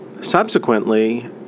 subsequently